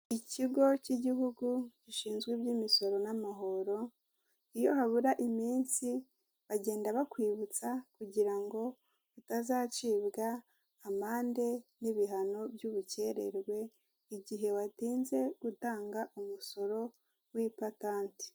Ikigo k'igihugu gishinzwe iby'imisoro n'amahoro, iyo habura iminsi bagenda bakwibutsa kugira ngo utazacibwa amande n'ibihano by'ubukererwe, igihe watinze utanga umusoro w'ipatanti.